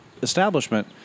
Establishment